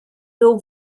był